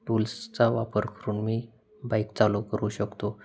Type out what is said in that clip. टूल्सचा वापर करून मी बाईक चालू करू शकतो